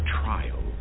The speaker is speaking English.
trial